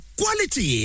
quality